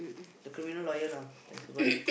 the criminal lawyer lah that's the one